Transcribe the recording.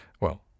Well